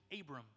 Abram